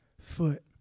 foot